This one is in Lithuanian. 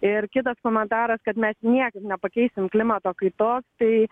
ir kitas komentaras kad mes niekaip nepakeisim klimato kaitos tai